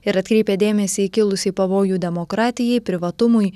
ir atkreipia dėmesį į kilusį pavojų demokratijai privatumui